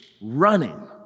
running